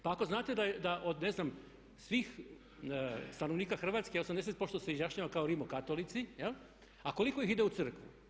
Pa ako znate da od ne znam svih stanovnika Hrvatske 80% se izjašnjava kao rimokatolici, a koliko ih ide u crkvu.